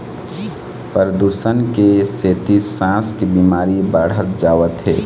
परदूसन के सेती सांस के बिमारी बाढ़त जावत हे